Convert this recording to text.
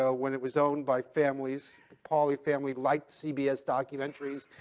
ah when it was owned by families. the pauley family liked cbs documentaries.